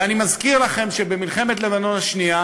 ואני מזכיר לכם שבמלחמת לבנון השנייה,